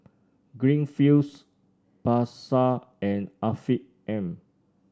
Greenfields Pasar and Afiq M